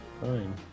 Fine